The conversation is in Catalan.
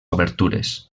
obertures